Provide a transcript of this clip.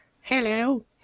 Hello